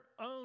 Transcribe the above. own